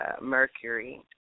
Mercury